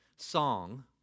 song